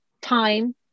time